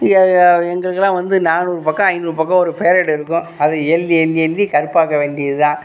இங்கே ய எங்களுக்குல்லாம் வந்து நாநூறு பக்கம் ஐநூறு பக்கம் ஒரு பேரேட் இருக்கும் அதை எழுதி எழுதி எழுதி கருப்பாக்க வேண்டியதுதான்